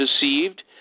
deceived